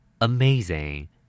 Amazing